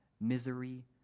Misery